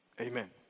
Amen